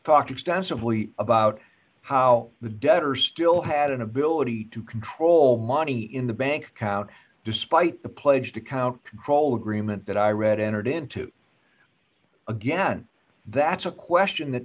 talked extensively about how the debtor still had an ability to control money in the bank account despite the pledged account control agreement that i read entered into again that's a question that